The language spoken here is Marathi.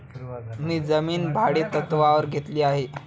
मी जमीन भाडेतत्त्वावर घेतली आहे